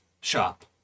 shop